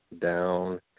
down